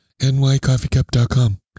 nycoffeecup.com